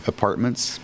Apartments